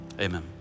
Amen